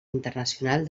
internacional